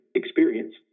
experience